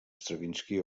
stravinski